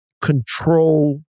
control